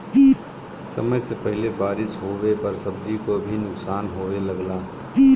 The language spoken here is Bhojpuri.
समय से पहिले बारिस होवे पर सब्जी क भी नुकसान होये लगला